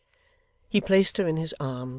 he placed her in his arms,